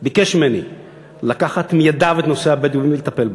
ביקש ממני לקחת מידיו את נושא הבדואים ולטפל בו.